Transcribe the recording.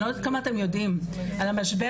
אני לא יודעת כמה אתם יודעים על המשבר